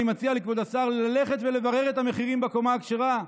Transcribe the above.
אני מציע לכבוד השר ללכת ולברר את המחירים בקומה הכשרה.